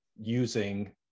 using